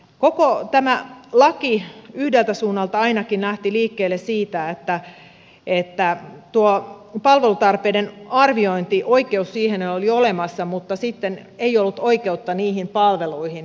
koko tämä laki yhdeltä suunnalta ainakin lähti liikkeelle siitä että tuo palvelutarpeiden arviointi oikeus siihen oli jo olemassa mutta sitten ei ollut oikeutta niihin palveluihin